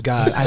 God